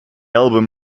album